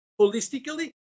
holistically